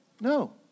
No